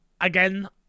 Again